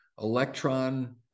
electron